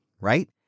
right